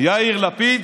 יאיר לפיד,